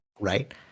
Right